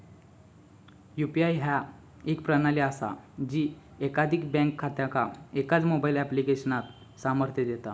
UPI ह्या एक प्रणाली असा जी एकाधिक बँक खात्यांका एकाच मोबाईल ऍप्लिकेशनात सामर्थ्य देता